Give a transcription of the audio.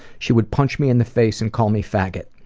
she would punch me in the face and call me faggot.